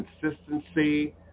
consistency